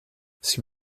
sie